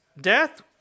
death